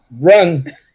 run